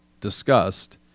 discussed